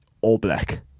all-black